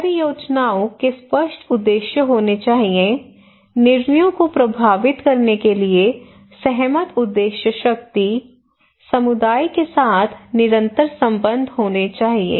परियोजनाओं के स्पष्ट उद्देश्य होने चाहिए निर्णयों को प्रभावित करने के लिए सहमत उद्देश्य शक्ति समुदाय के साथ निरंतर संबंध होने चाहिए